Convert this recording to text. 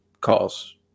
calls